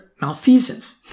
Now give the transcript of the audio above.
malfeasance